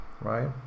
right